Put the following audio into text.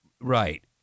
Right